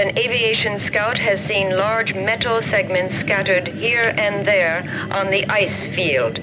an aviation scout has seen large metal segments scattered here and there on the ice field